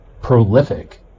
prolific